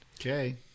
Okay